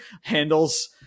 handles